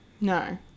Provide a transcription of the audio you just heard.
no